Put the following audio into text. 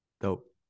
Dope